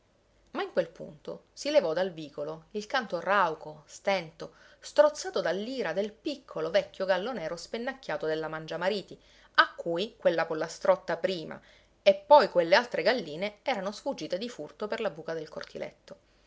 ma in quel punto si levò dal vicolo il canto rauco stento strozzato dall'ira del piccolo vecchio gallo nero spennacchiato della mangiamariti a cui quella pollastrotta prima e poi quelle altre galline erano sfuggite di furto per la buca del cortiletto